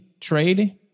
trade